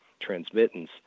transmittance